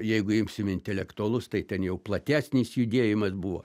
jeigu imsim intelektualus tai ten jau platesnis judėjimas buvo